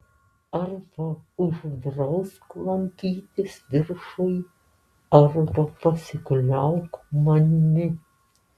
arba uždrausk lankytis viršuj arba pasikliauk manimi